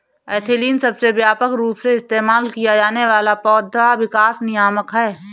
ethylene सबसे व्यापक रूप से इस्तेमाल किया जाने वाला पौधा विकास नियामक है